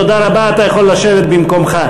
תודה רבה, אתה יכול לשבת במקומך.